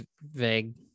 vague